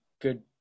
good